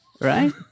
right